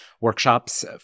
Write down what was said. workshops